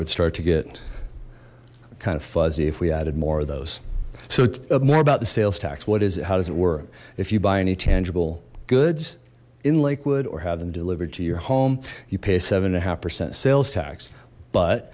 would start to get kind of fuzzy if we added more of those so more about the sales tax what is it how does it work if you buy any tangible goods in lakewood or have them delivered to your home you pay a seven and a half percent sales tax but